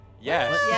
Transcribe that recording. Yes